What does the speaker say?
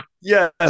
yes